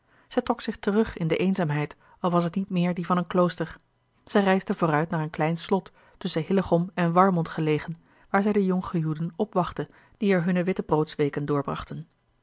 zij trok zich terug in de eenzaamheid al was het niet meer die van een klooster zij reisde vooruit naar een klein slot tusschen hillegom en warmond gelegen waar zij de jonggehuwden opwachtte die er hunne wittebroodsweken